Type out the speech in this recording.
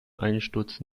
einsturz